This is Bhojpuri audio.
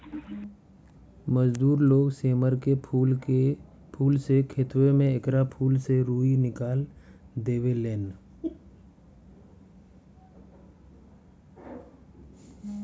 मजदूर लोग सेमर के फूल से खेतवे में एकरा फूल से रूई निकाल देवे लेन